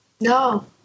No